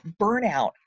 Burnout